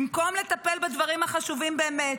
במקום לטפל בדברים החשובים באמת,